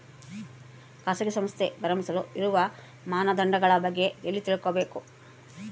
ಖಾಸಗಿ ಸಂಸ್ಥೆ ಪ್ರಾರಂಭಿಸಲು ಇರುವ ಮಾನದಂಡಗಳ ಬಗ್ಗೆ ಎಲ್ಲಿ ತಿಳ್ಕೊಬೇಕು?